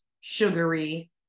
sugary